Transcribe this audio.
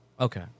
Okay